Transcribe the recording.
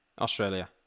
Australia